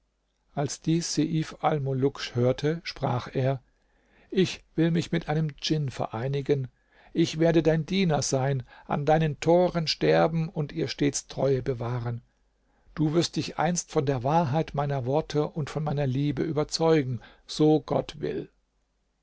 als dies seif almuluk hörte sprach er ich will mich mit einem djinn vereinigen ich werde dein diener sein an deinen toren sterben und ihr stete treue bewahren du wirst dich einst von der wahrheit meiner worte und von meiner liebe überzeugen so gott will